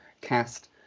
cast